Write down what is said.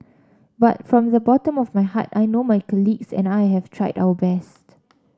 but from the bottom of my heart I know my colleagues and I have tried our best